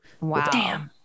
Wow